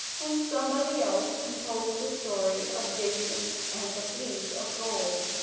and somebody else composed the story of jason and the fleece of gold,